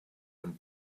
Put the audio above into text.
and